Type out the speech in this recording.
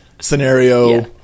scenario